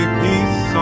peace